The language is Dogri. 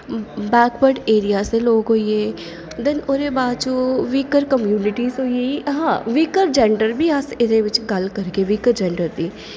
बैकवर्ड एरिया दे लोक होई गे दैन्न ओह्दे बाद ओह् वीकर कम्युनिटी होई हां वीकर जेंडर दी बी अस गल्ल करगे वीकर जेंडर दी